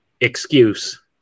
excuse